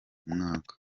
mwaka